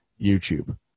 YouTube